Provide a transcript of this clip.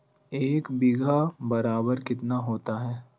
एक बीघा बराबर कितना होता है?